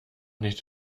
nicht